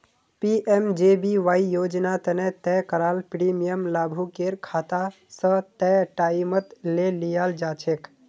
PMJBY योजना तने तय कराल प्रीमियम लाभुकेर खाता स तय टाइमत ले लियाल जाछेक